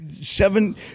Seven